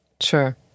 Sure